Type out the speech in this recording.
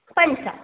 पञ्च